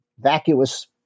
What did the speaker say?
vacuous